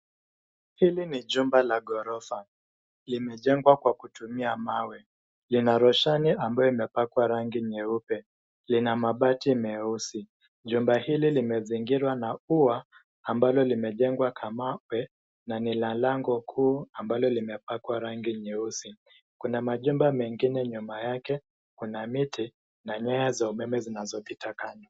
Hili ni jumba la ghorofa limejengwa kwa kutumia mawe. Ina roshani ambayo imepakwa rangi nyeupe, ina mabati meusi. Jengo hili limezingirwa na ua ambalo limejengwa kwa mawe na lina lngo kuu ambalo limepakwa rangi nyeusi. kuna majumba mengine nyuma yake, kuna miti na nyaya za umeme zinazopita kando.